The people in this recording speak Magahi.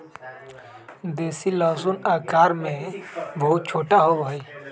देसी लहसुन आकार में बहुत छोटा होबा हई